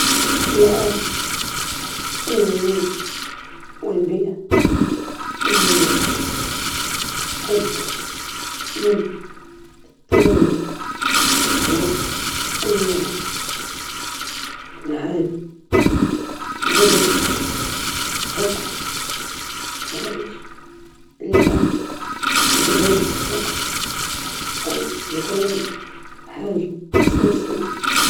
نفضل التحكم في أحلامي، لأنه يساعدني على تحقيق أهدافي الشخصية ويزودني بالإلهام والطاقة لتحقيق أحلامي الواقعية، التحكم في أحلام الآخرين قد يكون تدخل غير مرغوب فيه، وقد يؤثر على حرية الاختيار والعيش.